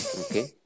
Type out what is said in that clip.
Okay